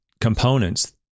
components